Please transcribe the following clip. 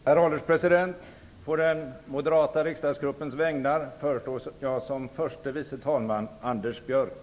Herr ålderspresident! Å den moderata riksdagsgruppens vägnar föreslår jag som förste vice talman Anders Björck.